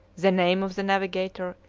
the name of the navigator,